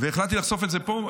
והחלטתי לחשוף את זה פה,